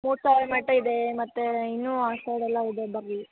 ಮಠ ಇದೆ ಮತ್ತು ಇನ್ನೂ ಆ ಸೈಡ್ ಎಲ್ಲ ಇದೆ ಬರ್ರಿ